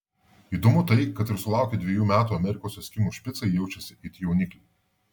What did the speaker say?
įdomu tai kad ir sulaukę dviejų metų amerikos eskimų špicai jaučiasi it jaunikliai